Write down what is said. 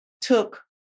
took